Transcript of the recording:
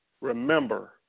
Remember